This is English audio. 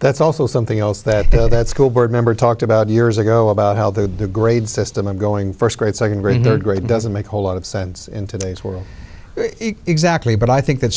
that's also something else that the that school board member talked about years ago about how the grade system going first grade second grade third grade doesn't make a whole lot of sense in today's world exactly but i think that